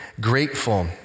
grateful